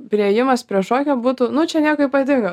priėjimas prie šokio būtų nu čia nieko ypatingo